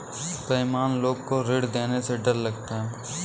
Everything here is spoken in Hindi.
बेईमान लोग को ऋण देने में डर लगता है